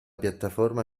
piattaforma